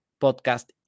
Podcast